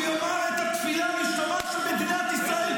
הוא יאמר את התפילה לשלומה של מדינת ישראל,